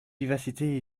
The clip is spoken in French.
vivacité